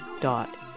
dot